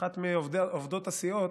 לאחת מעובדות הסיעות,